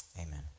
amen